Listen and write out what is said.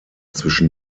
zwischen